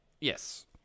yes